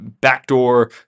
backdoor